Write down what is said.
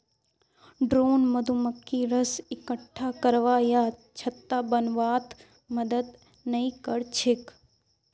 drone मधुमक्खी रस इक्कठा करवा या छत्ता बनव्वात मदद नइ कर छेक